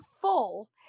full